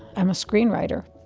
i'm a screenwriter.